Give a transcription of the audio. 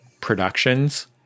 productions